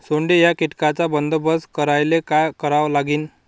सोंडे या कीटकांचा बंदोबस्त करायले का करावं लागीन?